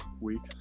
week